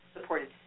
supported